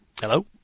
Hello